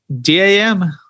D-A-M